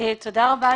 תודה רבה.